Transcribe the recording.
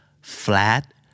flat